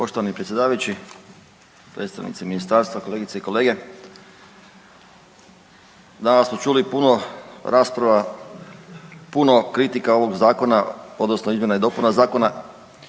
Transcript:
Poštovani predsjedavajući, predstavnici ministarstva, kolegice i kolege. Danas smo čuli puno rasprava, puno kritika ovog zakona, odnosno izmjena i dopuna zakona.